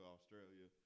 Australia